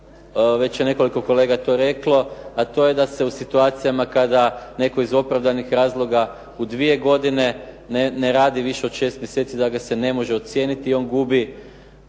već je nekoliko kolega to reklo, a to je da se u situacijama kada netko iz opravdanih razloga u dvije godine ne radi više od šest mjeseci da ga se ne može ocijeniti i on gubi